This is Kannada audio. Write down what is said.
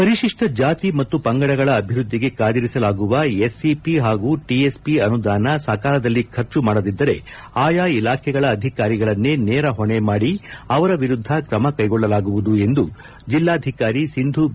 ಪರಿಶಿಷ್ಟ ಜಾತಿ ಮತ್ತು ಪಂಗಡಗಳ ಅಭಿವೃದ್ದಿಗೆ ಕಾದಿರಿಸಲಾಗುವ ಎಸ್ಸಿಪಿ ಹಾಗೂ ಟಿಎಸ್ವಿಯ ಅನುದಾನ ಸಕಾಲದಲ್ಲಿ ಖರ್ಚು ಮಾಡದಿದ್ದರೆ ಆಯಾ ಇಲಾಖೆಗಳ ಅಧಿಕಾರಿಗಳನ್ನೇ ನೇರ ಹೊಣೆ ಮಾಡಿ ಅವರ ವಿರುದ್ದ ಕ್ರಮ ಕ್ಕೆಗೊಳ್ಳಲಾಗುವುದು ಎಂದು ಜಿಲ್ವಾಧಿಕಾರಿ ಸಿಂಧು ಬಿ